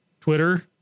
twitter